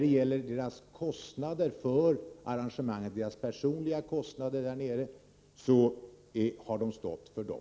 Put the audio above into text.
Vad gäller de personaliga kostnaderna vid arrangemanget har deltagarna själva stått för dem.